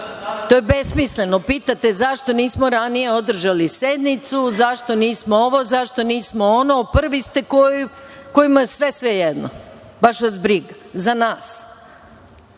To je besmisleno. Pitate zašto nismo ranije održali sednicu, zašto nismo ovo, zašto nismo ono. Prvi ste kojima je sve svejedno. Baš vas briga za nas.